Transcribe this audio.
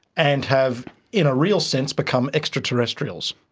and have in a real sense become extra-terrestrials.